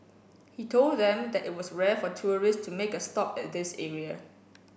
he told them that it was rare for tourists to make a stop at this area